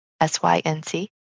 S-Y-N-C